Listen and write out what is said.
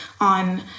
on